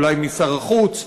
אולי משר החוץ,